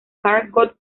carl